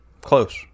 Close